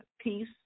peace